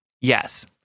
Yes